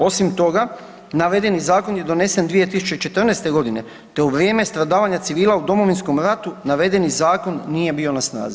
Osim toga navedeni zakon je donesen 2014.g. te u vrijeme stradavanja civila u Domovinskom ratu navedeni zakon nije bio na snazi.